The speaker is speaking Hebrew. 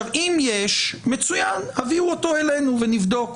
אם יש, מצוין, הביאו אותו אלינו ונבדוק.